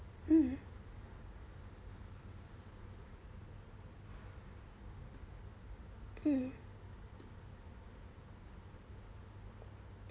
mm mm